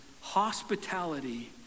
hospitality